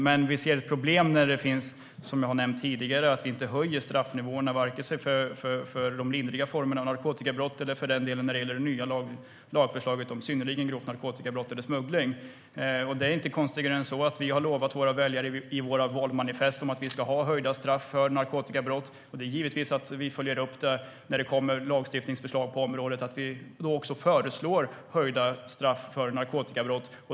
Men vi ser problem med att man inte höjer straffnivåerna, som jag har nämnt tidigare, vare sig för de lindriga formerna av narkotikabrott eller när det gäller det nya lagförslaget om synnerligen grovt narkotikabrott eller smuggling. Det är inte konstigare än att vi i vårt valmanifest har lovat våra väljare att vi ska ha höjda straff för narkotikabrott. Givetvis följer vi upp det när det kommer lagstiftningsförslag på området och föreslår höjda straff för narkotikabrott.